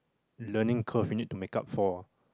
learning curve you need to make up for ah